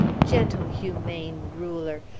gentle, humane ruler,